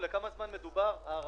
לכמה זמן ההסדר הזה?